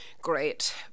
great